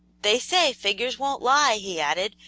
they say figures won't lie, he added,